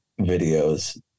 videos